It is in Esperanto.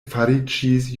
fariĝis